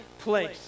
place